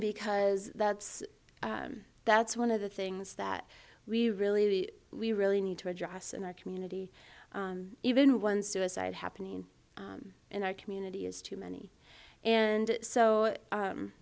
because that's that's one of the things that we really we really need to address in our community even one suicide happening in our community is too many and so